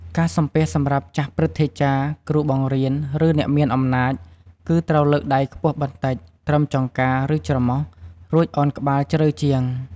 ការសំពះសម្រាប់ចាស់ព្រឹទ្ធាចារ្យ គ្រូបង្រៀន ឬអ្នកមានអំណាច គឺត្រូវលើកដៃខ្ពស់បន្តិច ត្រឹមចង្កា ឬច្រមុះ រួចឱនក្បាលជ្រៅជាង។